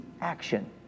action